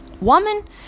Woman